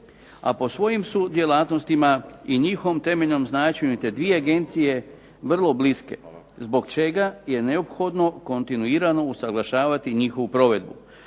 A po svojim su djelatnostima i njihovom temeljnom značenju te dvije agencije vrlo bliske zbog čega je neophodno kontinuirano usaglašavati njihovu provedbu.